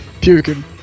puking